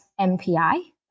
MPI